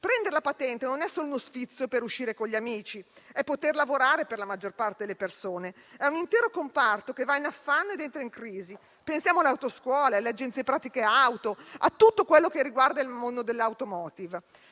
Prendere la patente non è solo uno sfizio per uscire con gli amici; per la maggior parte delle persone è poter lavorare, è un intero comparto che va in affanno ed entra in crisi. Pensiamo alle autoscuole, alle agenzie per le pratiche auto, a tutto quello che riguarda il mondo dell'*automotive*.